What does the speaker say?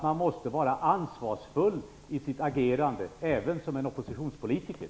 Man måste vara ansvarsfull i sitt agerande även som oppositionspolitiker.